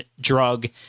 drug